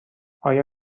آیا